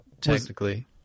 technically